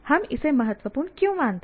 हम इसे महत्वपूर्ण क्यों मानते हैं